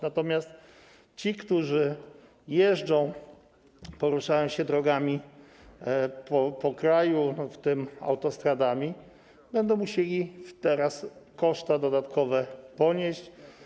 Natomiast ci, którzy jeżdżą, poruszają się drogami po kraju, w tym autostradami, będą musieli koszty dodatkowe ponieść.